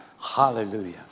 Hallelujah